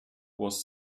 was